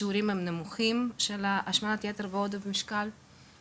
שיעורי ההשמנת יתר ועודף המשקל הם נמוכים,